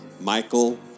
Michael